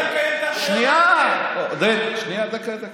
לקיים את, עודד, שנייה, שנייה, דקה, דקה.